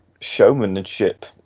showmanship